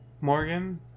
Morgan